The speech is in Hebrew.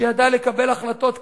שידע לאשר את הסכם השלום עם ירדן,